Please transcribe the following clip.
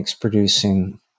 producing